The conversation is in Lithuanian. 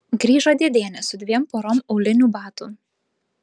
grįžo dėdienė su dviem porom aulinių batų